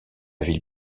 ville